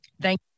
thank